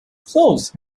close